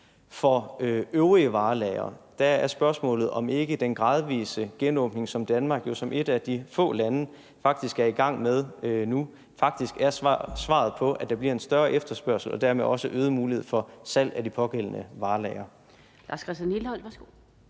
For øvrige varelagre er spørgsmålet, om ikke den gradvise genåbning, som Danmark jo som et af de få lande er i gang med nu, faktisk er svaret på det, i forhold til at der bliver en større efterspørgsel og dermed også øget mulighed for salg af de pågældende varelagre.